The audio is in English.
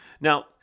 now